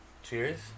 cheers